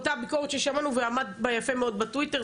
אותה ביקורת ששמענו ועמדת בה יפה מאוד בטוויטר,